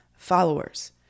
Followers